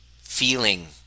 feeling